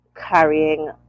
carrying